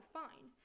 fine